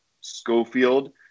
Schofield